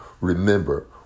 Remember